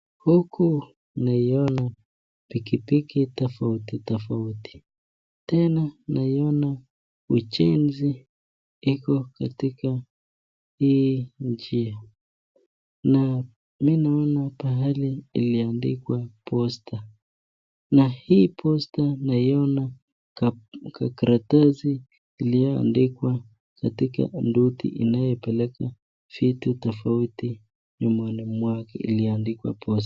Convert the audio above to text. Huku naiona pikipiki tofauti tofauti. Tena naiona uchenzi iko katika hii njia. Na mimi naona pahali iliandikwa posta. Na hii posta naiona kakaratasi iliandikwa katika nduthi inayepeleka vitu tofauti nyumbani mwake iliandikwa posta.